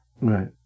Right